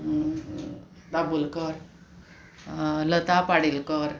Dabholkar Lata Padelkar